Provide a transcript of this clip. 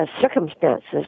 circumstances